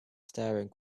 staring